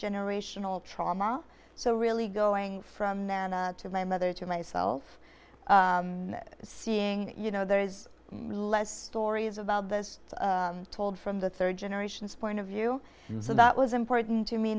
transgenerational trauma so really going from nana to my mother to myself and seeing you know there is less stories about this told from the third generations point of view and so that was important to me